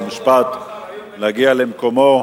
חוק ומשפט להגיע למקומו.